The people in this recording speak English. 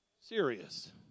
Serious